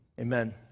amen